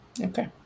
Okay